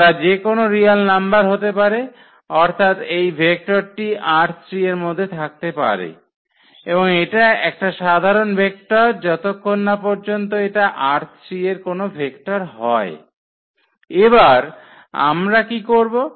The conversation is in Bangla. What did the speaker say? তারা যেকোন রিয়েল নাম্বার হতে পারে অর্থাৎ এই ভেক্টরটি ℝ3 এর মধ্যে থাকতে পারে এবং এটা একটা সাধারন ভেক্টর যতক্ষণ পর্যন্ত এটা ℝ3 এর কোনো ভেক্টর হয় এবার আমরা কি করবো